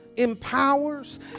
empowers